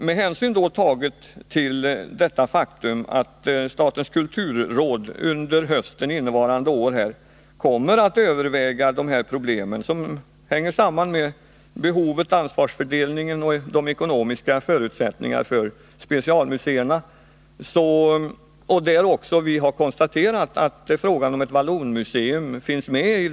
Med hänsyn tagen till det faktum att statens kulturråd under hösten innevarande år kommer att överväga problem som hänger samman med behoven av, de ekonomiska förutsättningarna för och ansvarsfördelningen när det gäller specialmuseer, har utskottet för sin del nöjt sig med att frågan om ett vallonmuseum kommer att utredas.